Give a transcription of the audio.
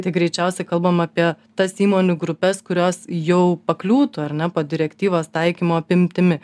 tai greičiausiai kalbama apie tas įmonių grupes kurios jau pakliūtų ar ne po direktyvos taikymo apimtimi